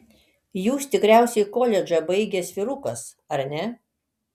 jūs tikriausiai koledžą baigęs vyrukas ar ne